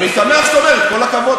אני שמח שאת אומרת "כל הכבוד".